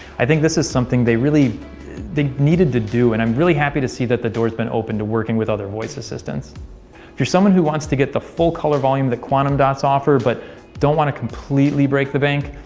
i think this is something they they needed to do and i'm really happy to see that the door's been opened to working with other voice assistants. if you're someone who wants to get the full color volume that quantum dots offer but don't want to completely break the bank,